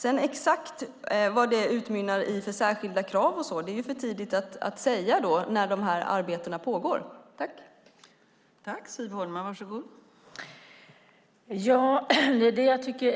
Eftersom arbetet pågår är det för tidigt att säga vilka krav det utmynnar i.